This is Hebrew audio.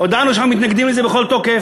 הודענו שאנחנו מתנגדים לזה בכל תוקף,